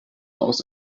aus